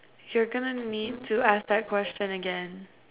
you're gonna need to ask that question again